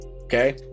Okay